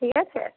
ঠিক আছে